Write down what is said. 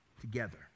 together